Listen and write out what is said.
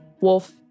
wolf